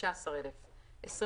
15,000; (25)